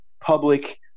public